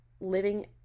living